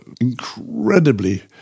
incredibly